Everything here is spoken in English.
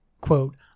quote